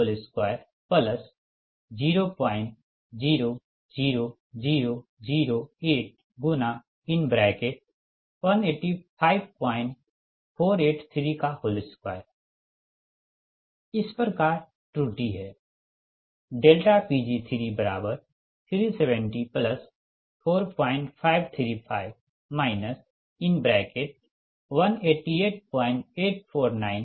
तो PLoss000005×1888492000008×1854832 इस प्रकार त्रुटि है Pg3704535 1888491854830203 MW